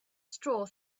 straw